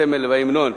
הסמל והמנון,